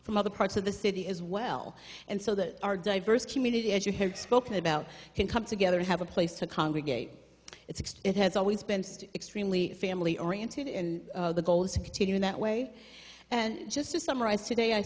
from other parts of the city as well and so that our diverse community as you heard spoken about can come together have a place to congregate extend has always been extremely family oriented the goal is to continue in that way and just to summarize today i